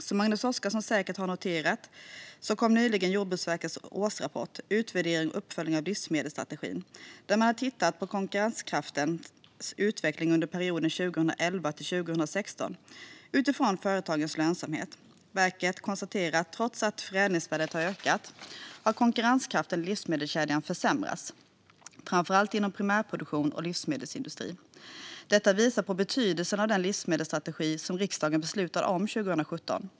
Som Magnus Oscarsson säkert har noterat kom nyligen Jordbruksverkets årsrapport Utvärdering och uppföljning av livsmedelsstrate gin , där man har tittat på konkurrenskraftens utveckling under perioden 2011-2016 utifrån företagens lönsamhet. Verket konstaterar att trots att förädlingsvärdet har ökat har konkurrenskraften i livsmedelskedjan försämrats, framför allt inom primärproduktionen och livsmedelsindustrin. Detta visar på betydelsen av den livsmedelsstrategi som riksdagen beslutade om 2017.